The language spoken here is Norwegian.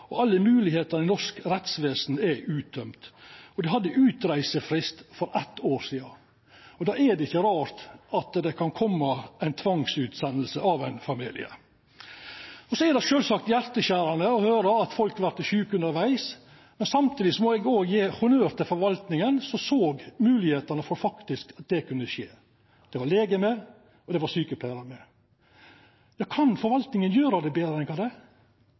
for alle moglege domstolar – skulle eg til å seia – og alle moglegheiter i norsk rettsvesen er uttømte. Familien hadde utreisefrist for eitt år sidan, og då er det ikkje rart at det kan koma ei tvangsutsending. Så er det sjølvsagt hjarteskjerande å høyra at folk vert sjuke undervegs. Samtidig må eg òg gje honnør til forvaltinga, som såg moglegheita for at det kunne skje. Det var lege med, og det var sjukepleiarar med. Kan forvaltinga gjera det betre enn